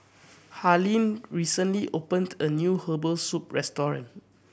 Harlene recently opened a new herbal soup restaurant